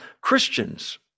Christians